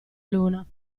luna